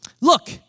look